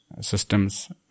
systems